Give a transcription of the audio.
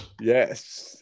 yes